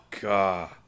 God